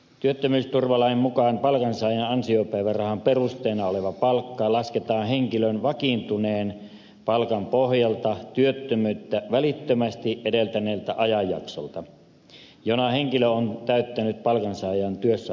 työttömyysturvalain mukaan palkansaajan ansiopäivärahan perusteena oleva palkka lasketaan henkilön vakiintuneen palkan pohjalta työttömyyttä välittömästi edeltäneeltä ajanjaksolta jona henkilö on täyttänyt palkansaajan työssäoloehdon